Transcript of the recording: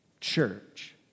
church